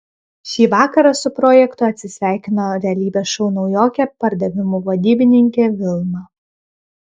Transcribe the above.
šį vakarą su projektu atsisveikino realybės šou naujokė pardavimų vadybininkė vilma